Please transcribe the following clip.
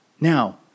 Now